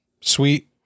Sweet